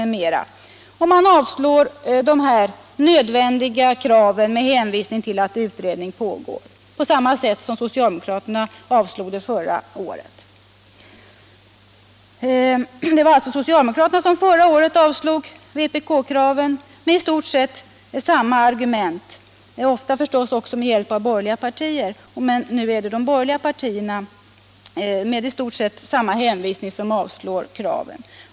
Detta nödvändiga krav avslås med hänvisning till att utredning pågår. Det var socialdemokraterna som förra året avslog vpk-kraven med i stort sett samma argument men ofta med hjälp av de borgerliga partierna, förstås. Nu är det de borgerliga partierna med i stort sett samma hänvisning som avslår kraven.